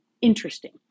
interesting